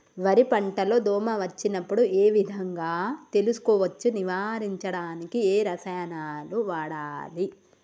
వరి పంట లో దోమ వచ్చినప్పుడు ఏ విధంగా తెలుసుకోవచ్చు? నివారించడానికి ఏ రసాయనాలు వాడాలి?